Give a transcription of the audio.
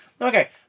okay